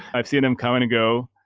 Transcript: i've seen them come and go.